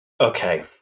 Okay